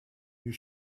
you